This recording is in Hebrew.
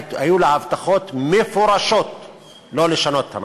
היו לה הבטחות מפורשות שלא לשנות את המצב.